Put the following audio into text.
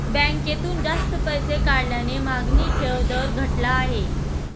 बँकेतून जास्त पैसे काढल्याने मागणी ठेव दर घटला आहे